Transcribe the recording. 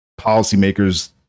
policymakers